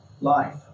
life